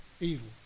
evil